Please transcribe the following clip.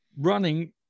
running